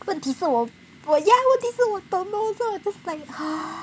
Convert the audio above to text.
问题是我我要 ya 问题是我 don't know so I'm just like